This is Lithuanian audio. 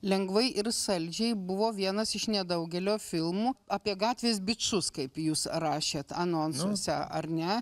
lengvai ir saldžiai buvo vienas iš nedaugelio filmų apie gatvės bičus kaip jūs rašėt anonsuose ar ne